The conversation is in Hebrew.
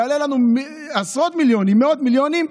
יעלה לנו עשרות מיליונים, מאות מיליונים,